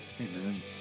Amen